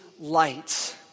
light